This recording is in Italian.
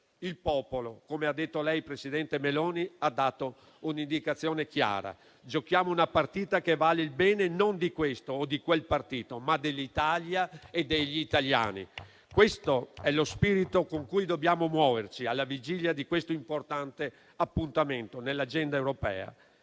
Il popolo, come ha detto lei, presidente Meloni, ha dato un'indicazione chiara. Giochiamo una partita che vale il bene, non di questo o di quel partito, ma dell'Italia e degli italiani. Questo è lo spirito con cui dobbiamo muoverci alla vigilia di questo importante appuntamento nell'agenda europea